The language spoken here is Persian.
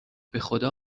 بخدا